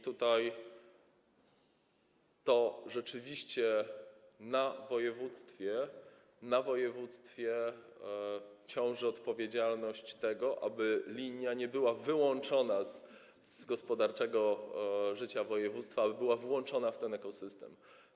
Tutaj to rzeczywiście na województwie ciąży odpowiedzialność tego, aby linia nie była wyłączona z gospodarczego życia województwa, ale była włączona w ten ekosystem.